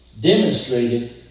demonstrated